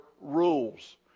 rules